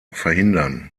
verhindern